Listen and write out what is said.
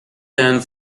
chan